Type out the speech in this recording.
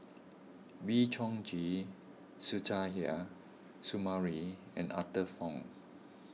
Wee Chong Jin Suzairhe Sumari and Arthur Fong